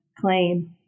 claim